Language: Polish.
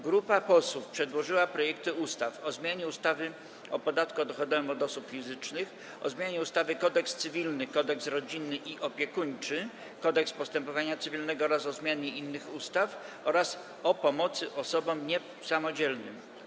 Grupa posłów przedłożyła projekty ustaw: - o zmianie ustawy o podatku dochodowym od osób fizycznych, - o zmianie ustawy Kodeks cywilny, Kodeks rodzinny i opiekuńczy, Kodeks postępowania cywilnego oraz o zmianie innych ustaw, - o pomocy osobom niesamodzielnym.